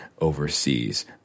overseas